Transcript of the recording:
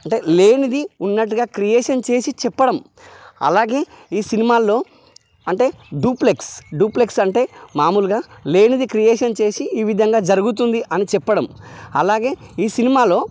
అంటే లేనిది ఉన్నట్టుగా క్రియేషన్ చేసి చెప్పడం అలాగే ఈ సినిమాల్లో అంటే డూప్లెక్స్ డూప్లెక్స్ అంటే మామూలుగా లేనిది క్రియేషన్ చేసి ఈ విధంగా జరుగుతుంది అని చెప్పడం అలాగే ఈ సినిమాలో